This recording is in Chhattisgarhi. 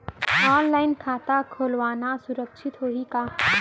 ऑनलाइन खाता खोलना सुरक्षित होही का?